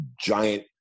giant